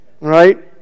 Right